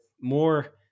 more